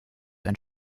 ein